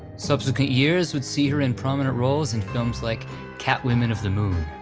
subsequent years would see her in prominent roles in films like cat-women of the moon,